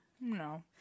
No